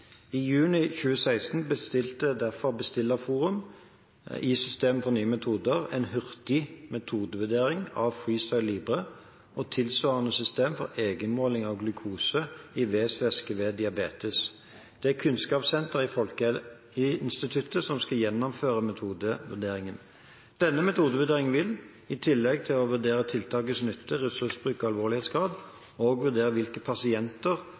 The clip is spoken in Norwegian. I juni 2016 bestilte derfor Bestillerforum – i systemet for nye metoder – en hurtig metodevurdering av FreeStyle Libre og tilsvarende system for egenmåling av glukose i vevsvæske ved diabetes. Det er Kunnskapssenteret i Folkehelseinstituttet som skal gjennomføre metodevurderingen. Denne metodevurdering vil – i tillegg til å vurdere tiltakets nytte, ressursbruk og alvorlighetsgrad – også vurdere hvilke pasienter